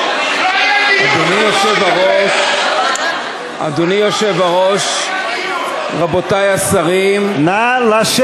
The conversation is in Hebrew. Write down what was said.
אדוני היושב-ראש, אנחנו או-טו-טו עוברים להצבעה.